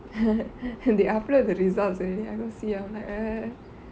and they upload the results already I go see I'm like err